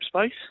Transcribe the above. space